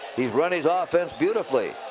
he's run his ah offense beautifully.